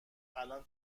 الان